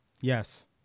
Yes